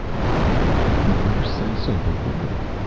but why didn't you ever say so before?